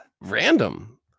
random